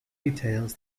details